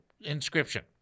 Inscription